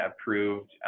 approved